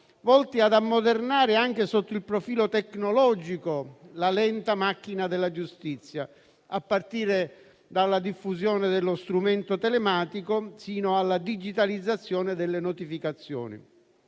volti ad ammodernare anche sotto il profilo tecnologico, la lenta macchina della giustizia, a partire dalla diffusione dello strumento telematico fino alla digitalizzazione delle notificazioni.